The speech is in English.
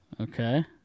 Okay